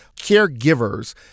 caregivers